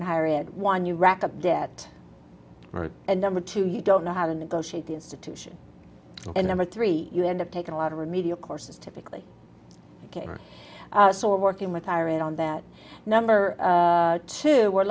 higher it one you rack up debt and number two you don't know how to negotiate the institution and number three you end up taking a lot of remedial courses typically ok so working with tyra on that number two we're